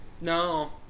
No